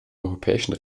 europäischen